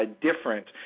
different